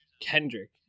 Kendrick